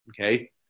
Okay